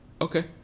Okay